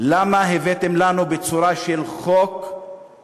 למה הבאתם לנו בצורה של חוק-יסוד,